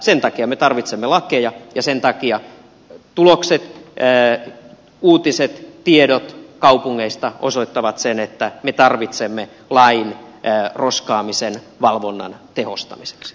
sen takia me tarvitsemme lakeja ja sen takia tulokset uutiset tiedot kaupungeista osoittavat sen että me tarvitsemme lain roskaamisen valvonnan tehostamiseksi